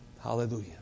Hallelujah